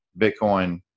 Bitcoin